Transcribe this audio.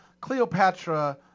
Cleopatra